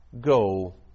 go